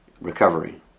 recovery